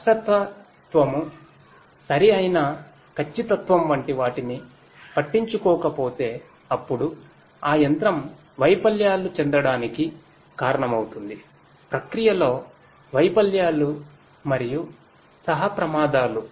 స్పష్టతత్వము సరి అయిన ఖచ్చితత్వం వంటి వాటిని పట్టించుకోక పోతె అప్పుడు ఆయంత్రంవైఫల్యాలు చేన్ధడానికి కారన మవుతుంధిప్రక్రియలోవైఫల్యాలుమరియుసహాప్రమాదాలు